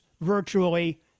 virtually